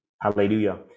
hallelujah